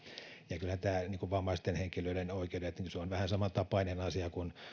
ja kyllähän vammaisten henkilöiden oikeudet on vähän samantapainen asia kuin